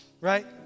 Right